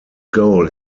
goal